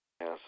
Yes